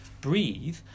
breathe